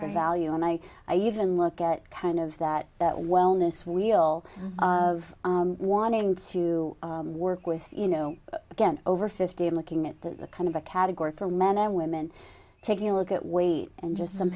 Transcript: value and i even look at kind of that wellness wheel of wanting to work with you know again over fifty i'm looking at the kind of a category for men and women taking a look at weight and just some